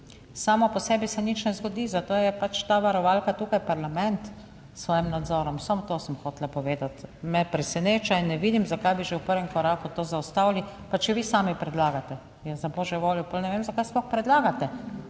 samo po sebi se nič ne zgodi, zato je pač ta varovalka tukaj, parlament s svojim nadzorom, samo to sem hotela povedati. Me preseneča in ne vidim zakaj bi že v prvem koraku to zaustavili, pa če vi sami predlagate. Ja za božjo voljo, pol ne vem zakaj sploh predlagate.